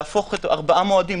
להפוך לארבעה מועדים,